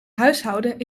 huishouden